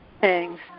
Thanks